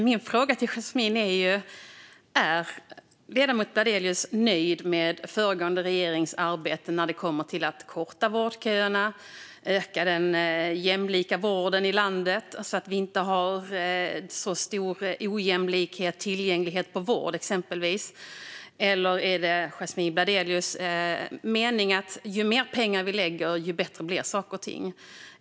Min fråga är om ledamoten Yasmine Bladelius är nöjd med föregående regerings arbete när det kommer till att korta vårdköerna och öka jämlikheten i vården i landet, så att vi inte har så stor ojämlikhet när det gäller tillgängligheten till vård, exempelvis, eller om det är Yasmine Bladelius mening att ju mer pengar vi lägger, desto bättre blir saker och ting.